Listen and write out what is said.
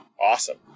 Awesome